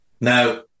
Now